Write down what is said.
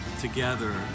together